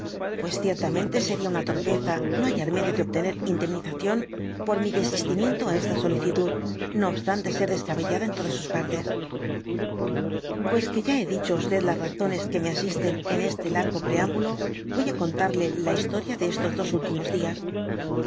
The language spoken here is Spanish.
pues ciertamente seria una torpeza no ballar medio de obtener indemnización por mi desistimiento esta solicitud no obstante ser des cabellada en todas sus partes pues que ya hé dicho á las razones que me asisten en este largo preámbulo voy d contarle la historia de estos dos últimos dias